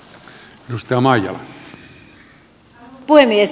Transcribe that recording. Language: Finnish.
arvoisa puhemies